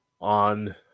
on